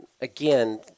Again